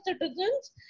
citizens